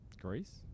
Greece